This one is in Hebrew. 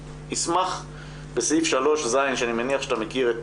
מסמך בסעיף 3.ז' שאני מניח שאתה מכיר את